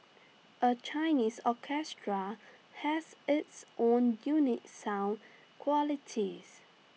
A Chinese orchestra has its own unique sound qualities